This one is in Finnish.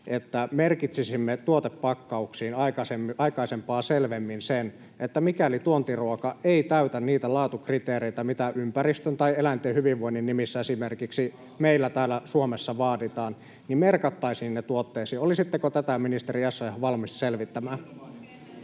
että merkitsisimme tuotepakkauksiin aikaisempaa selvemmin sen, mikäli tuontiruoka ei täytä niitä laatukriteereitä, mitä ympäristön tai eläinten hyvinvoinnin nimissä [Perussuomalaisten ryhmästä: Halal-liha!] esimerkiksi meillä täällä Suomessa vaaditaan. Olisitteko tätä, ministeri Essayah, valmis selvittämään?